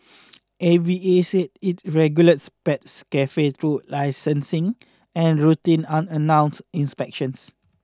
A V A said it regulates pet cafes through licensing and routine unannounced inspections